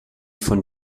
von